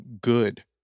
good